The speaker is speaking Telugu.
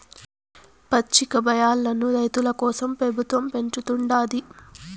పచ్చికబయల్లను రైతుల కోసరం పెబుత్వం పెంచుతుండాది